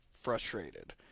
frustrated